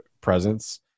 presence